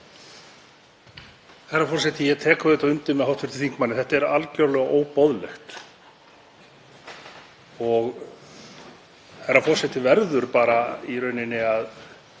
þetta er algjörlega óboðlegt. Herra forseti verður bara í rauninni að